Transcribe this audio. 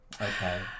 Okay